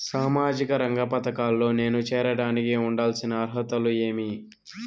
సామాజిక రంగ పథకాల్లో నేను చేరడానికి ఉండాల్సిన అర్హతలు ఏమి?